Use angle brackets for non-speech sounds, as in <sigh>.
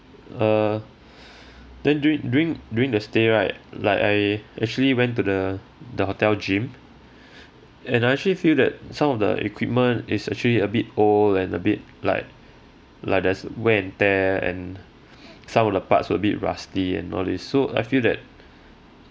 err <breath> then during during during the stay right like I actually went to the the hotel gym <breath> and I actually feel that some of the equipment is actually a bit old and a bit like like there's wear and tear and <breath> some of the parts were a bit rusty and all this so I feel that